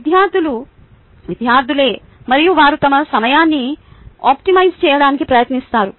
విద్యార్థులు విద్యార్థులే మరియు వారు తమ సమయాన్ని ఆప్టిమైజ్ చేయడానికి ప్రయత్నిస్తారు